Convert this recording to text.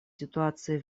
ситуацией